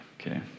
okay